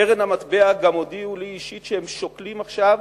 קרן המטבע גם הודיעו לי אישית שהם שוקלים עכשיו